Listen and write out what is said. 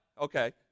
Okay